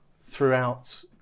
throughout